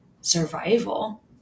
survival